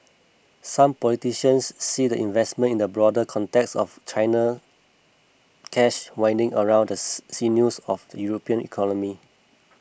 some politicians see the investment in a broader context of China cash winding around the sinews of the European economy